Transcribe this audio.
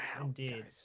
indeed